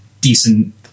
decent